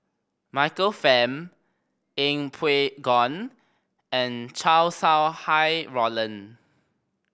Michael Fam Yeng Pway Ngon and Chow Sau Hai Roland